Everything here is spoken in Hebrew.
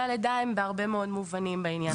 הלידה הם בהרבה מאוד מובנים בעניין הזה.